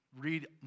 Read